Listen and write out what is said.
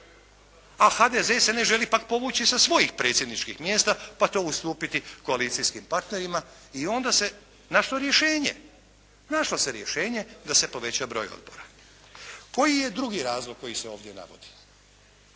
a HDZ se ne želi pak povući sa svojih predsjedničkih mjesta pa to ustupiti koalicijskim partnerima i onda se našlo rješenje. Našlo se rješenje da se poveća broj odbora. Koji je drugi razlog koji se ovdje navodi?